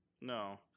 no